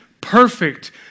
perfect